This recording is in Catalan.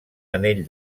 anell